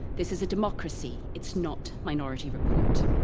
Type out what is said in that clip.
this is a democracy. it's not minority report.